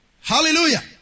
Hallelujah